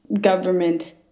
government